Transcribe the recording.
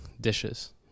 dishes